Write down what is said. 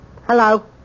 Hello